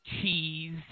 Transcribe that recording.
cheese